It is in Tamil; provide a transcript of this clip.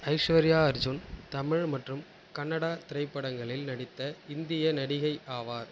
ஐஸ்வர்யா அர்ஜூன் தமிழ் மற்றும் கன்னடா திரைப்படங்களில் நடித்த இந்திய நடிகை ஆவார்